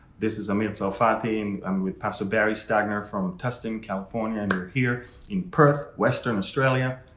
this is amir tsarfati and i'm with pastor barry stagner from tustin, california and we're here in perth, western australia.